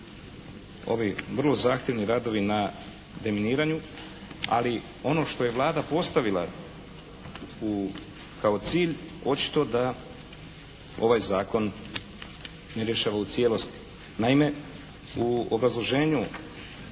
ovi vrlo zahtjevni radovi na deminiranju. Ali ono što je Vlada postavila u, kao cilj, očito da ovaj zakon ne rješava u cijelosti. Naime, u obrazloženju